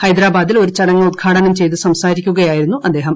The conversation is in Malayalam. ഹൈദരാബാദിൽ ഒരു ചടങ്ങ് ഉദ്ഘാടനം ചെയ്തു സംസാരിക്കുകയായിരുന്നു അദ്ദേഹം